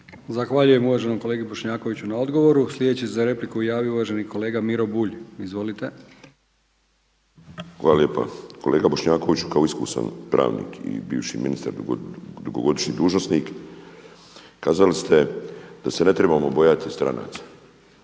Zahvaljujem kolegi Bošnjakoviću na odgovoru. Sljedeći se za repliku javio uvaženi kolega Miro Bulj. Izvolite. **Bulj, Miro (MOST)** Hvala lijepa. Kolega Bošnjakoviću, kao iskusan pravnik i bivši minisar, dugogodišnji dužnosnik kazali ste da se ne trebamo bojati stranaca.